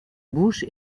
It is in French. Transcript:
bouche